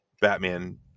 Batman